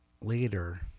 later